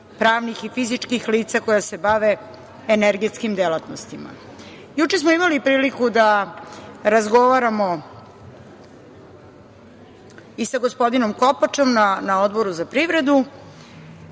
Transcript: pravnih i fizičkih lica koja se bave energetskim delatnostima. Juče smo imali priliku da razgovaramo i sa gospodinom Kopačom na Odboru za privredu.